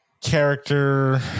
character